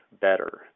better